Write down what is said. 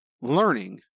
learning